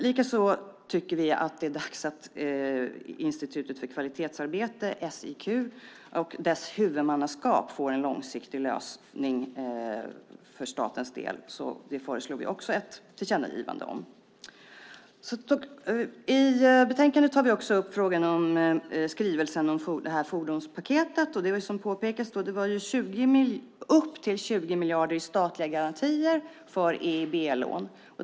Likaså tycker vi att det är dags att Institutet för kvalitetsarbete, SIQ, och dess huvudmannaskap får en långsiktig lösning för statens del, så det föreslår vi också ett tillkännagivande om. I betänkandet tar vi också upp skrivelsen om fordonspaketet. Det var upp till 20 miljarder i statliga garantier för EIB-lån.